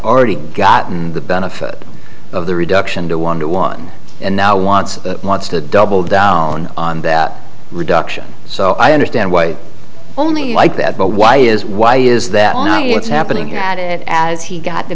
already gotten the benefit of the reduction to one to one and now wants to double down on that reduction so i understand why only like that but why is why is that night what's happening at it as he got the